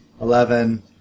Eleven